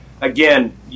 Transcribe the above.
again